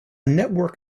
network